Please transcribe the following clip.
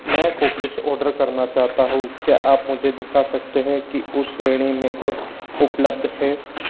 मैं cookies order करना चाहता हूँ क्या आप मुझे दिखा सकते हैं कि उस श्रेणी में क्या उपलब्ध है